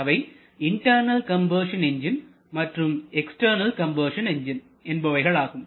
அவை internal combustion engine மற்றும் external combustion engine என்பவைகளாகும்